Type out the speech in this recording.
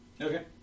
Okay